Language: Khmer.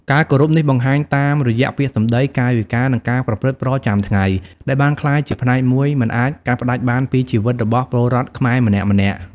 ការគោរពនេះបង្ហាញតាមរយៈពាក្យសម្ដី កាយវិការ និងការប្រព្រឹត្តប្រចាំថ្ងៃ ដែលបានក្លាយជាផ្នែកមួយមិនអាចកាត់ផ្ដាច់បានពីជីវិតរបស់ពលរដ្ឋខ្មែរម្នាក់ៗ។